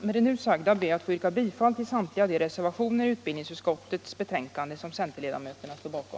Med det nu sagda ber jag att få yrka bifall till samtliga de reservationer i utbildningsutskottets betänkande som centerledamöterna står bakom.